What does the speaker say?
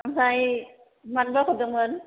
आमफ्राइ मानोबा हरदोंमोन